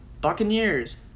Buccaneers